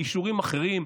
באישורים אחרים,